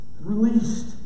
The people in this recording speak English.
released